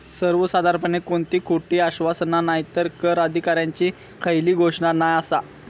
सर्वसाधारणपणे कोणती खोटी आश्वासना नायतर कर अधिकाऱ्यांची खयली घोषणा नाय आसा